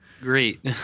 Great